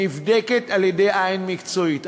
נבדקת על-ידי עין מקצועית,